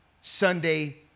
Sunday